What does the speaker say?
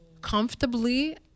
comfortably